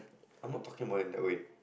I'm not talking about it in that way